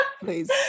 please